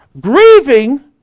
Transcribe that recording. Grieving